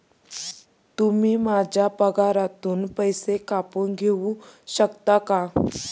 तुम्ही माझ्या पगारातून पैसे कापून घेऊ शकता का?